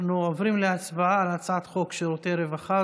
אנחנו עוברים להצבעה על הצעת חוק שירותי רווחה